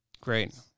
Great